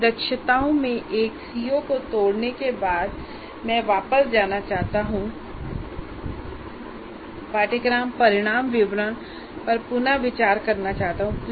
इन दक्षताओं में एक सीओ को तोड़ने के बाद मैं वापस जाना चाहता हूं और पाठ्यक्रम परिणाम विवरण पर पुनर्विचार करना चाहता हूं